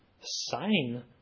sign